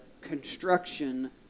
construction